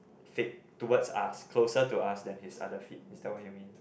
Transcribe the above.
feet towards us closer to us than his other feet is that what you mean